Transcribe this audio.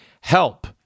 help